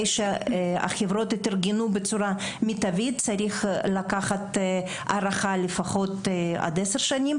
שהחברות יתארגנו בצורה מיטבית צריך לתת הארכה לפחות עד עשר שנים